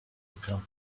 become